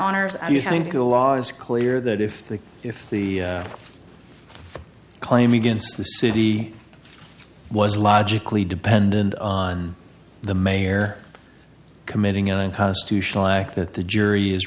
you having to go was clear that if the if the claim against the city was logically dependent on the mayor committing unconstitutional act that the jury is